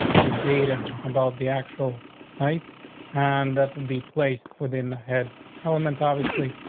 so data about the actual site and that will be placed within the head element, obviously,